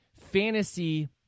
fantasy